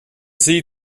sie